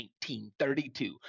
1932